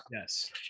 Yes